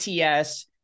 ATS